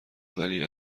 ولی